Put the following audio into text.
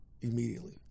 immediately